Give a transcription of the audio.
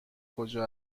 کجا